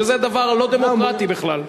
שזה דבר לא דמוקרטי בכלל.